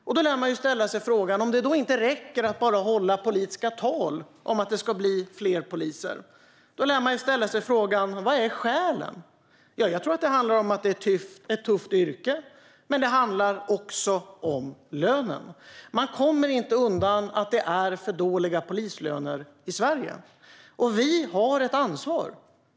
Om det inte räcker att bara hålla politiska tal om att det ska bli fler poliser lär man ställa sig frågan: Vad är skälen? Det handlar om att det är ett tufft yrke. Men det handlar också om lönen. Man kommer inte undan att det är för dåliga polislöner i Sverige. Vi har ett ansvar.